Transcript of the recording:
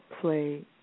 play